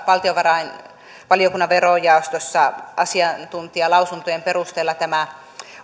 valtiovarainvaliokunnan verojaostossa kuultujen asiantuntijalausuntojen perusteella tämä